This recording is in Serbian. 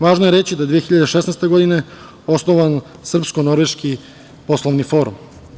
Važno je reći da je 2016. godine osnovano Srpsko – Norveški poslovni forum.